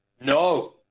No